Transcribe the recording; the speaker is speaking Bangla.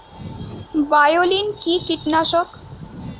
বায়োলিন কি কীটনাশক?